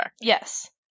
Yes